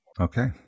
Okay